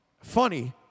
funny